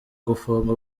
gufunga